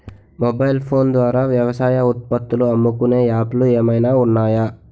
Mobile phone ద్వారా వ్యవసాయ ఉత్పత్తులు అమ్ముకునే యాప్ లు ఏమైనా ఉన్నాయా?